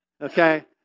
Okay